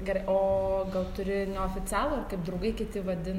gerai o gal turi neoficialų kaip draugai kiti vadina